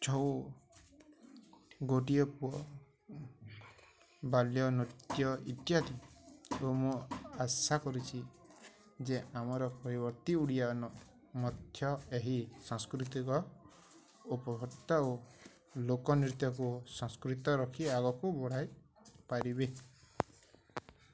ଛଉ ଗୋଟିଏ ପୁଅ ବାଲ୍ୟ ନୃତ୍ୟ ଇତ୍ୟାଦି ଓ ମୁଁ ଆଶା କରିଛି ଯେ ଆମର ପରବର୍ତ୍ତୀ ଓଡ଼ିଆ ନ ମଧ୍ୟ ଏହି ସାଂସ୍କୃତିକ ଉପଭତ୍ତା ଓ ଲୋକନୃତ୍ୟକୁ ସାସ୍କୃତ ରଖି ଆଗକୁ ବଢ଼ାଇ ପାରିବେ